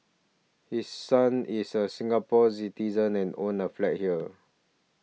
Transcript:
his son is a Singapore Citizen and owns a flat here